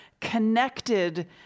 connected